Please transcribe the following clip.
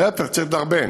להפך, צריך לדרבן.